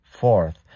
Fourth